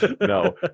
no